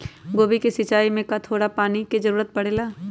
गोभी के सिचाई में का थोड़ा थोड़ा पानी के जरूरत परे ला?